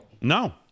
No